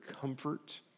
comfort